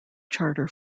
charter